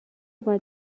باید